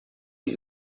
die